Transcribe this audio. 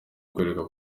kukwereka